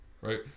right